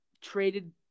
traded